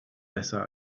besser